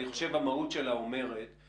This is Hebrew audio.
אני חושב שהמהות שלה אומרת,